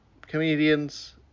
comedians